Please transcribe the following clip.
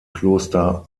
kloster